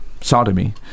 sodomy